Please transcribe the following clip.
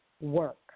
work